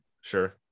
Sure